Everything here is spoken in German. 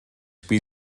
spiel